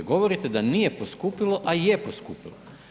Govorite da nije poskupilo a je poskupilo.